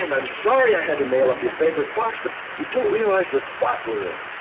and i'm sorry i had to nail up your favorite box, but you don't realize the spot we're in.